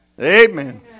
Amen